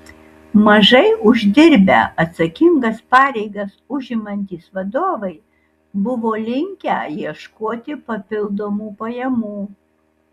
mažai uždirbę atsakingas pareigas užimantys vadovai buvo linkę ieškoti papildomų pajamų